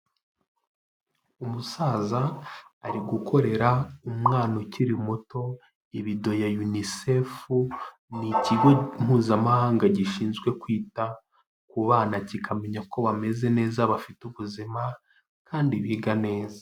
Umusaza ari gukorera umwana ukiri muto ibido ya unicefu ni ikigo mpuzamahanga gishinzwe kwita ku bana kikamenya ko bameze neza bafite ubuzima kandi biga neza.